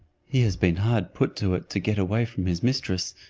he has been hard put to it to get away from his mistress,